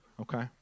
okay